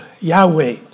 Yahweh